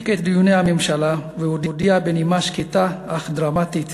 הפסיק את דיוני הממשלה והודיע בנימה שקטה אך דרמטית